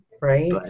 Right